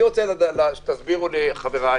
אני רוצה שתסבירו לי ולחבריי